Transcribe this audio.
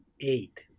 eight